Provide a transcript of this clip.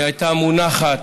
שהייתה מונחת